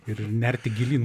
ir nerti gilyn